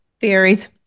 Theories